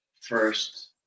first